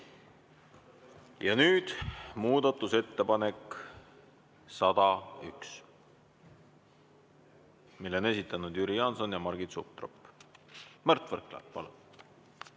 tuleb muudatusettepanek nr 101, selle on esitanud Jüri Jaanson ja Margit Sutrop. Mart Võrklaev, palun!